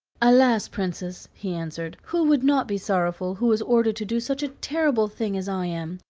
alas! princess, he answered, who would not be sorrowful who was ordered to do such a terrible thing as i am?